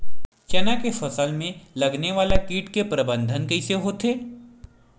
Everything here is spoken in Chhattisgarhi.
चना के फसल में लगने वाला कीट के प्रबंधन कइसे होथे?